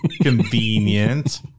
convenient